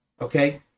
okay